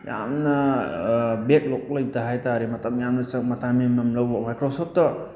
ꯌꯥꯝꯅ ꯕꯦꯛꯂꯣꯛ ꯂꯩꯇꯦ ꯍꯥꯏ ꯇꯥꯔꯦ ꯃꯇꯝ ꯌꯥꯝꯅ ꯆꯪꯕ ꯇꯥꯏꯝ ꯌꯥꯝ ꯂꯧꯕ ꯃꯥꯏꯀ꯭ꯔꯣꯁꯣꯞꯇ